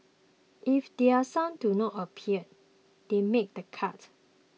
if their sons do not appear they made the cut